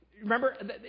Remember